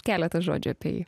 keletas žodžių apie jį